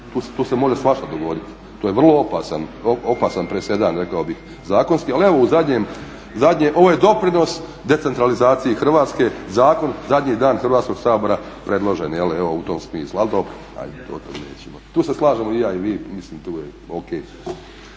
tu se može svašta dogoditi. To je vrlo opasan presedan rekao bih zakonski ali evo ovo je doprinos decentralizaciji Hrvatske, zakon zadnji dan Hrvatskog sabora predložen jel' evo u tom smislu. Ali dobro, ajde. Tu se slažemo i ja i vi. **Stazić, Nenad